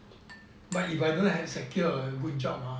but if I don't have secure good job ah